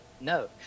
no